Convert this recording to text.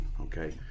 okay